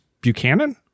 buchanan